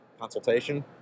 consultation